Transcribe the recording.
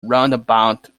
roundabout